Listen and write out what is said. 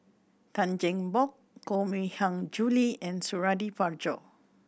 Tan Cheng Bock Koh Mui Hiang Julie and Suradi Parjo